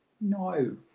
no